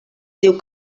diu